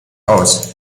aus